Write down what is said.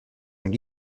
nous